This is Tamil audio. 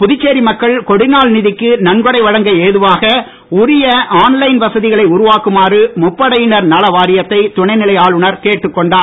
புதுச்சேரி மக்கள் கொடிநாள் நிதிக்கு நன்கொடை வழங்க ஏதுவாக உரிய உருவாக்குமாறு முப்படையினர் நலவாரியத்தை துணைநிலை ஆளுநர் கேட்டுக் கொண்டார்